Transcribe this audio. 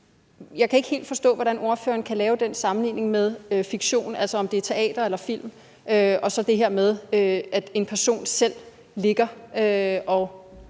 Jeg kan ikke helt forstå, hvordan ordføreren kan lave den sammenligning mellem fiktion, uanset om det er teater eller film, og så det her med, at en person selv ligger og